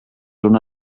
una